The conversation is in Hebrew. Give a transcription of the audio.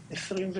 כן,